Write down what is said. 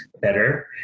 better